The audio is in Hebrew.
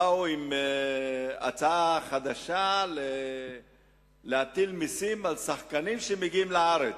באו עם הצעה חדשה: להטיל מסים על שחקנים שמגיעים לארץ.